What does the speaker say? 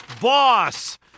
Boss